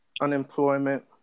unemployment